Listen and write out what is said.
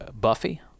Buffy